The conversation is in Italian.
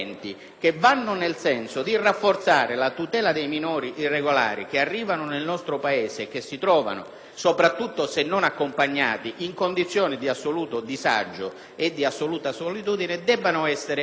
soprattutto se non accompagnati, in condizioni di assoluto disagio e solitudine debbano essere accolti. Ritengo che non possa neanche far velo l'eventuale reperimento di una copertura diversa,